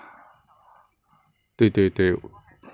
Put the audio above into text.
对对对